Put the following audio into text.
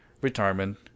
Retirement